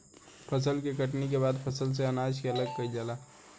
फसल के कटनी के बाद फसल से अनाज के अलग कईल जाला